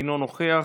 אינו נוכח,